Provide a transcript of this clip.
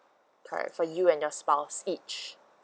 correct for you and your spouse each